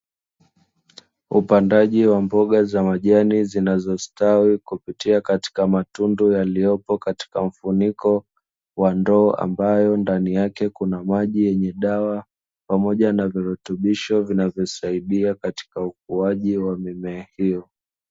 Upandaji wa mboga za majani zinazostawi kupitia katika matundu yaliyopo katika mfuniko wa ndoo, ambayo ndani yake kuna maji yenye dawa pamoja na virutubisho vinavyosaidia katika ukuaji wa mimea hiyo.